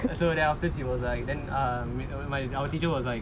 so after that was like then um our teacher was like